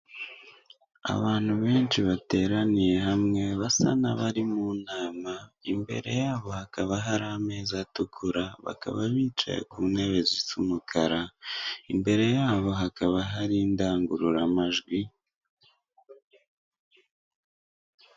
Abantu benshi bateraniye hamwe basa n'abari mu nama imbere yabo hakaba hari ameza atukura, bakaba bicaye ku ntebe z'umukara imbere yabo hakaba hari indangururamajwi.